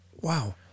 Wow